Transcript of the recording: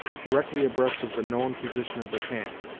directly abreast of the known position of the camp.